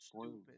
stupid